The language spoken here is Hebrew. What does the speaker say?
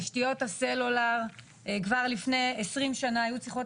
תשתיות הסלולר כבר לפני 20 שנה היו צריכות